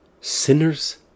sinners